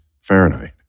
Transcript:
Fahrenheit